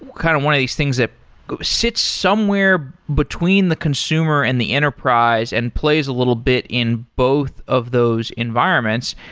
kind of one of these things that sits somewhere between the consumer and the enterprise and plays a little bit in both of those environments.